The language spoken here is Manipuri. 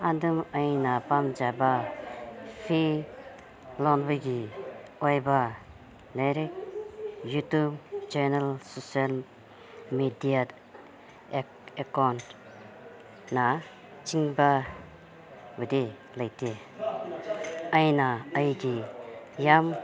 ꯑꯗꯨ ꯑꯩꯅ ꯄꯥꯝꯖꯕ ꯐꯤ ꯂꯣꯟꯕꯒꯤ ꯑꯣꯏꯕ ꯂꯥꯏꯔꯤꯛ YouTube channel social media account ꯅꯆꯤꯡꯕ ꯑꯃꯗꯤ ꯂꯩꯇꯦ ꯑꯩꯅ ꯑꯩꯒꯤ ꯌꯥꯝ